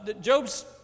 Job's